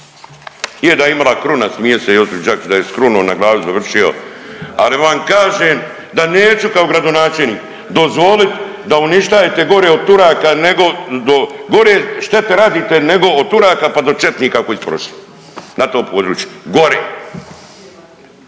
je da je imao krunu, smije se Josip Đakić da je s krunom na glavi završio, ali vam kažem da neću kao gradonačelnik dozvolit da uništajete gore od Turaka nego, gore štete radite nego od Turaka pa do četnika koji su prošli na tom području, gore